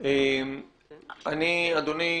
אדוני,